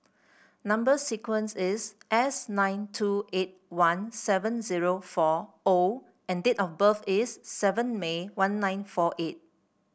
number sequence is S nine two eight one seven zero fourO and date of birth is seven May one nine four eight